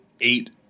eight